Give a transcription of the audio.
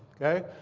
ok?